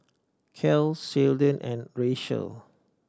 Cale Sheldon and Racheal